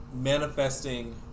manifesting